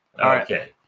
Okay